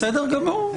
כבר אמרתי את דעתי,